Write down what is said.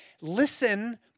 Listen